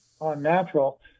unnatural